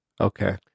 Okay